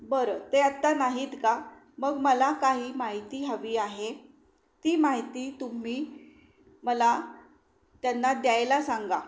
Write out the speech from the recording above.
बरं ते आत्ता नाहीत का मग मला काही माहिती हवी आहे ती माहिती तुम्ही मला त्यांना द्यायला सांगा